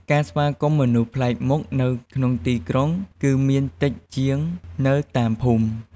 ការស្វាគមន៍មនុស្សប្លែកមុខ នៅក្នុងទីក្រុង គឺមានតិចជាងនៅតាមភូមិ។